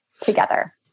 together